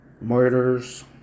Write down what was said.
murders